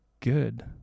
good